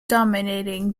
dominating